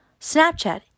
Snapchat